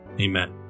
Amen